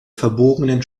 verbogenen